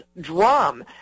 drum